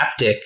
haptic